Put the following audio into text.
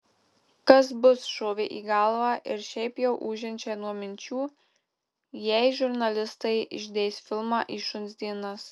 kas bus šovė į galvą ir šiaip jau ūžiančią nuo minčių jei žurnalistai išdės filmą į šuns dienas